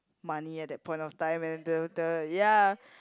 money at that point of time and the the ya